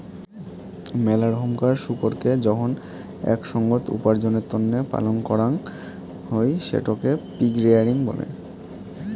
মেলা রকমকার শুকোরকে যখন একই সঙ্গত উপার্জনের তন্নে পালন করাং হই সেটকে পিগ রেয়ারিং বলে